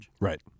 Right